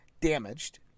damaged